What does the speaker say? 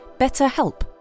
BetterHelp